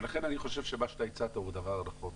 לכן אני חושב שמה שהצעת הוא דבר נכון.